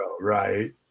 right